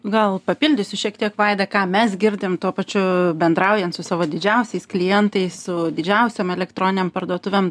gal papildysiu šiek tiek vaidą ką mes girdim tuo pačiu bendraujant su savo didžiausiais klientais su didžiausiom elektroninėm parduotuvėm